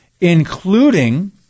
including